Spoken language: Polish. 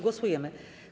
Głosujemy.